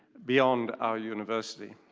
beyond our university.